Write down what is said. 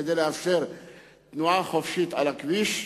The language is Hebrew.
כדי לאפשר תנועה חופשית על הכביש למעלה,